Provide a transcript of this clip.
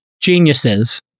geniuses